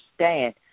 understand